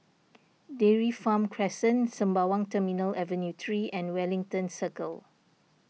Dairy Farm Crescent Sembawang Terminal Avenue three and Wellington Circle